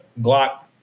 Glock